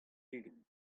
ugent